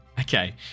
Okay